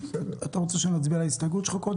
אתה רוצה שקודם נצביע על ההסתייגות שלך?